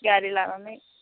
गारि लानानै